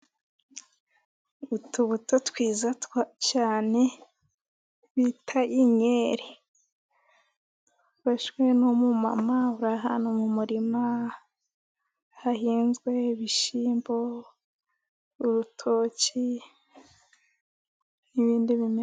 Utubuto twiza cyane bita inkeri. Dufashwe n'umumama uri ahantu mu murima hahinzwe ibishyimbo, urutoki n'ibindi bimera.